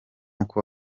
uko